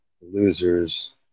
losers